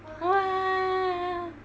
!wah!